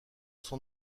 son